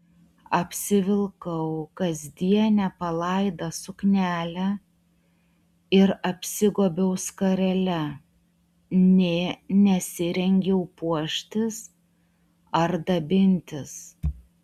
apsivilkau kasdienę palaidą suknelę ir apsigobiau skarele nė nesirengiau puoštis ar dabintis